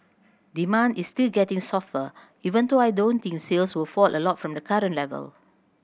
demand is still getting softer even though I don't think sales will fall a lot from the current level